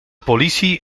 politie